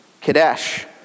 Kadesh